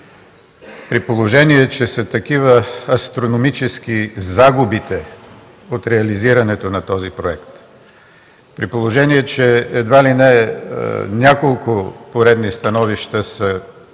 при положение че са такива астрономически загубите от реализирането на този проект, при положение че едва ли не няколко поредни становища са